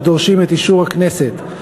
שדורשים את אישור הכנסת.